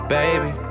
baby